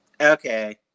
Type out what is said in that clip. Okay